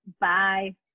Bye